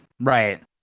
right